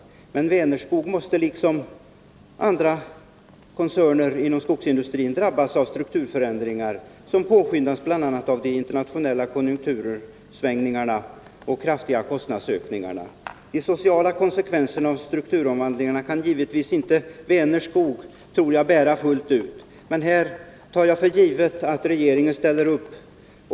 Men Vänerskog liksom andra koncerner inom skogsindustrin drabbas av strukturförändringar, som i sin tur påskyndas bl.a. av de internationella konjunktursvängningarna och de kraftiga kostnadsökningarna. För de sociala konsekvenserna av strukturomvandlingen kan Vänerskog, enligt min mening, givetvis inte fullt ut bära ansvaret. Men här tar jag för givet att regeringen ställer upp.